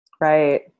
Right